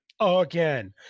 again